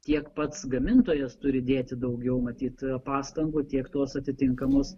tiek pats gamintojas turi dėti daugiau matyt pastangų tiek tos atitinkamos